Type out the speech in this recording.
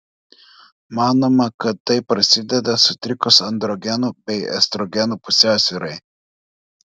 manoma kad tai prasideda sutrikus androgenų bei estrogenų pusiausvyrai